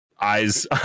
eyes